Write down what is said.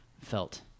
felt